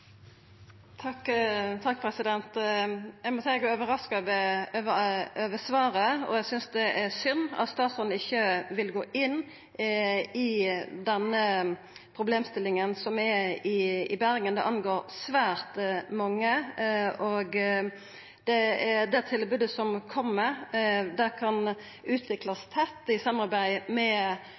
Eg må seia eg er overraska over svaret. Eg synest det er synd at statsråden ikkje vil gå inn i den problemstillinga som er i Bergen. Det angår svært mange. Det tilbodet som kjem, kan utviklast i tett samarbeid med